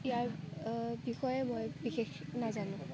ইয়াৰ বিষয়ে মইবিশেষ নাজানোঁ